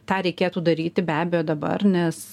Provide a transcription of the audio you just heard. tą reikėtų daryti be abejo dabar nes